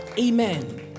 Amen